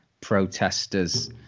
protesters